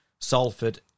Salford